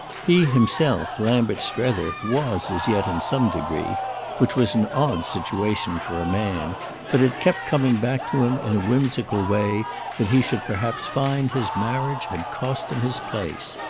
he himself lambert strether, was as yet in some degree which was an odd situation for a man but it kept coming back to him in a whimsical way that he should perhaps find his marriage had cost him his place.